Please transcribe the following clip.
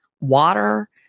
water